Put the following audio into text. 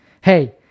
hey